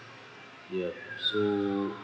ya so